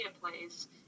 plays